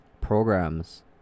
programs